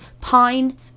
pine